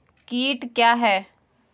कीट क्या है?